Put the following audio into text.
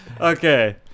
Okay